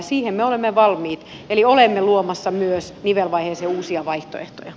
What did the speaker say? siihen me olemme valmiit eli olemme luomassa myös nivelvaiheeseen uusia vaihtoehtoja